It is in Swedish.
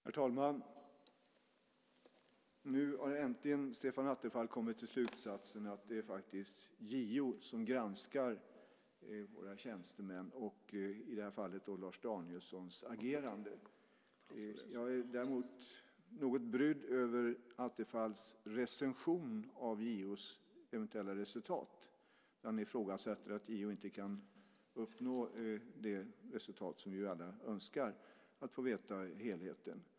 Herr talman! Nu har äntligen Stefan Attefall kommit till slutsatsen att det faktiskt är JO som granskar våra tjänstemän, i det här fallet Lars Danielssons agerande. Jag är däremot något brydd över Attefalls recension av JO:s eventuella resultat, då han ifrågasätter att JO kan uppnå det resultat som vi ju alla önskar, nämligen att få veta helheten.